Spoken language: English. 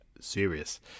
Serious